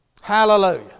Hallelujah